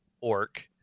orc